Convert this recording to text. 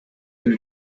will